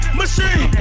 machine